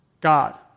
God